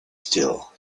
still